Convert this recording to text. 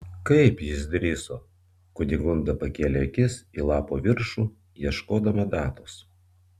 kaip jis drįso kunigunda pakėlė akis į lapo viršų ieškodama datos